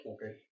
Okay